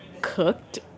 cooked